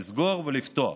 לסגור ולפתוח.